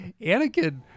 Anakin